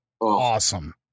Awesome